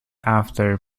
after